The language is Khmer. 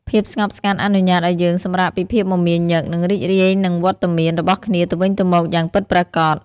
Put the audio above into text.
ភាពស្ងប់ស្ងាត់អនុញ្ញាតឱ្យយើងសម្រាកពីភាពមមាញឹក និងរីករាយនឹងវត្តមានរបស់គ្នាទៅវិញទៅមកយ៉ាងពិតប្រាកដ។